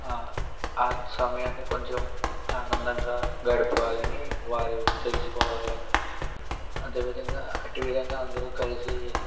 ఆ సమయాన్ని కొంచెం ఆనందంగా గడపాలని వారు తెలుసుకోవాలి అదేవిధంగా అట్టి విధంగా అందరూ కలిసి